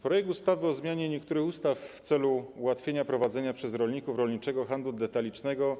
Projekt ustawy o zmianie niektórych ustaw w celu ułatwienia prowadzenia przez rolników rolniczego handlu detalicznego.